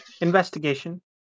investigation